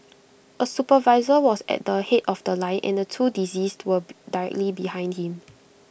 A supervisor was at the Head of The Line and the two deceased were directly behind him